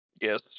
Yes